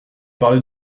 parlé